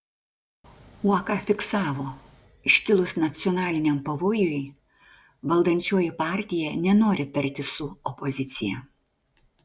uoka fiksavo iškilus nacionaliniam pavojui valdančioji partija nenori tartis su opozicija